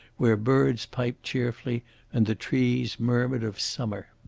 where birds piped cheerfully and the trees murmured of summer.